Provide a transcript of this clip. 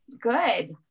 Good